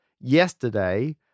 yesterday